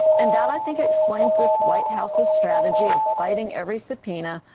and that i think explains this white house's strategy of fighting every subpoena,